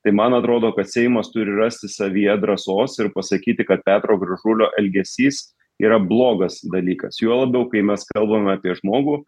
tai man atrodo kad seimas turi rasti savyje drąsos ir pasakyti kad petro gražulio elgesys yra blogas dalykas juo labiau kai mes kalbame apie žmogų